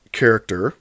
character